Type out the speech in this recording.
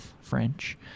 french